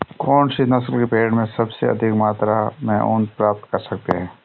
कौनसी नस्ल की भेड़ से अधिक मात्रा में ऊन प्राप्त कर सकते हैं?